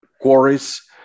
quarries